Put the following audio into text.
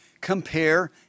compare